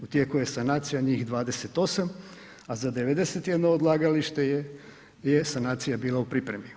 U tijeku je sanacija njih 28, a za 91 odlagalište je sanacija bila u pripremi.